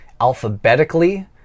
alphabetically